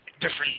different